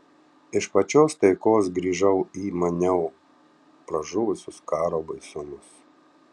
iš pačios taikos grįžau į maniau pražuvusius karo baisumus